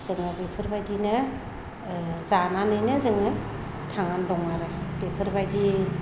जोङो बेफोरबायदिनो जानानैनो जोङो थांनानै दं आरो बेफोरबादि